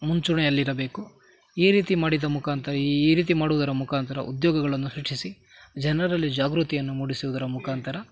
ಮುಂಚೂಣಿಯಲ್ಲಿರಬೇಕು ಈ ರೀತಿ ಮಾಡಿದ ಮುಖಾಂತರ ಈ ಈ ರೀತಿ ಮಾಡುವುದರ ಮುಖಾಂತರ ಉದ್ಯೋಗಗಳನ್ನು ಸೃಷ್ಟಿಸಿ ಜನರಲ್ಲಿ ಜಾಗೃತಿಯನ್ನು ಮೂಡಿಸುವುದರ ಮುಖಾಂತರ